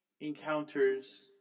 encounters